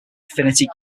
affinity